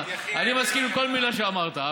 אני מסכים לכל מילה שאמרת,